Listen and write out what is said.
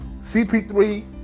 CP3